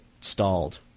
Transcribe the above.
stalled